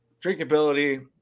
Drinkability